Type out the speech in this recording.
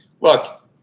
Look